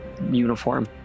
uniform